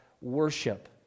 worship